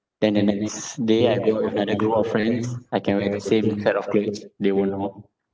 then the next day I go out with another group of friends I can wear the same kind of clothes they won't know